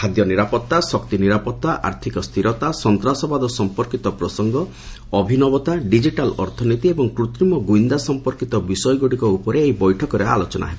ଖାଦ୍ୟ ନିରାପତ୍ତା ଶକ୍ତି ନିରାପତ୍ତା ଆର୍ଥିକ ସ୍ଥିରତା ସନ୍ତାସବାଦ ସମ୍ପର୍କୀତ ପ୍ରସଙ୍ଗ ଅଭିନବତା ଡିକିଟାଲ୍ ଅର୍ଥନୀତି ଏବଂ କୃତ୍ରିମ ଗୁଇନ୍ଦା ସମ୍ପର୍କୀତ ବିଷୟଗୁଡ଼ିକ ଉପରେ ଏହି ବୈଠକରେ ଆଲୋଚନା ହେବ